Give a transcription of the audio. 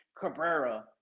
Cabrera